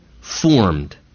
formed